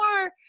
more